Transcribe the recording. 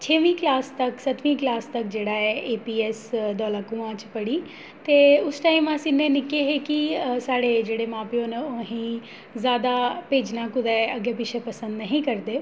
छेमीं क्लास तक सत्तमीं क्लास तक जेह्ड़ा ऐ एपीऐस्स धौलाकुआं च पढ़ी ते उ'स्स टाईम अस इ'न्ने निक्के हे कि साढ़े जेह्ड़े मां प्यो न ओह् अ'हेंई ज्यादा भेजना कु'तै अग्गे पिच्छे पसंद नेही करदे